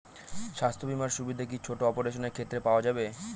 স্বাস্থ্য বীমার সুবিধে কি ছোট অপারেশনের ক্ষেত্রে পাওয়া যাবে?